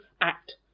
act